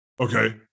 Okay